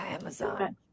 Amazon